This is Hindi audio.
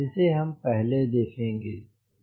इसे हम पहले देखेंगे